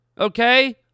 Okay